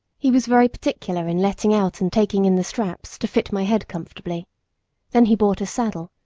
he was very particular in letting out and taking in the straps, to fit my head comfortably then he brought a saddle,